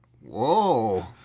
Whoa